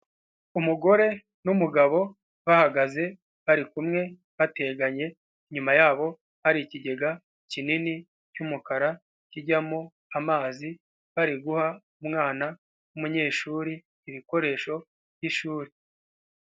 umugore n numugabo bahagaze barikumwe bateganye, nyuma yabo hari ikigega kinini cy'mukara kijyamo amazi bari guha umwana w'umunyeshuri ibikoresho by'ishuri.